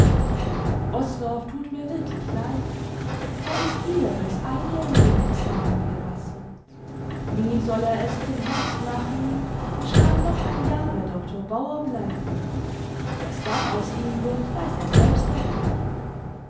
osdorff tut mir wirklich leid er ist wieder durchs einjährigen examen gerasselt nun soll er es zum herbst machen und dann noch ein jahr bei doktor bauer bleiben was dann aus ihm wird weiß er selbst noch nicht